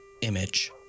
image